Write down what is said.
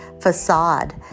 facade